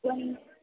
ಒಂದು